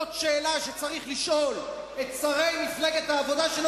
זאת שאלה שצריך לשאול את שרי מפלגת העבודה,